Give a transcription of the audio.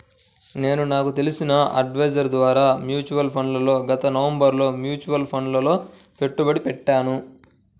నేను నాకు తెలిసిన అడ్వైజర్ ద్వారా మ్యూచువల్ ఫండ్లలో గత నవంబరులో మ్యూచువల్ ఫండ్లలలో పెట్టుబడి పెట్టాను